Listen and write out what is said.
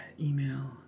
Email